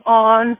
on